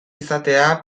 izatea